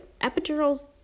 Epidurals